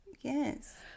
Yes